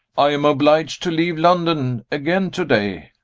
i am obliged to leave london again to-day,